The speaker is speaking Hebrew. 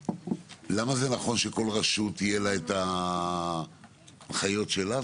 למה זה נכון שלכל רשות תהיה האחריות שלה?